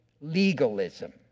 legalism